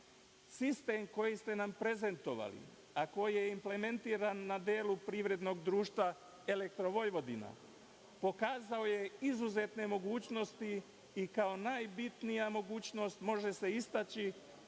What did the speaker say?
„Sistem koji ste nam prezentovali, a koji je implementiran na delu privrednog društva Elektrovojvodina pokazao je izuzetne mogućnosti i kao najbitnija mogućnost može se istaći